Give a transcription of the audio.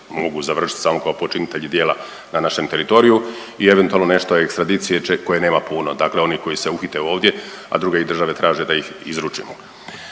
mogu završiti samo kao počinitelji djela na našem teritoriju i eventualno nešto ekstradicije koje nema puno. Dakle, oni koji se uhite ovdje, a druge ih države traže da ih izručimo.